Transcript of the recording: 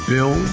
Bill